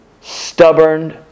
stubborn